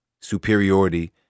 superiority